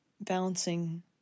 balancing –